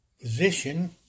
position